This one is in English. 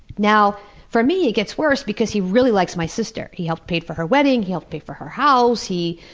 now for me it gets worse, because he really likes my sister. he helped pay for her wedding, he helped pay for her house, he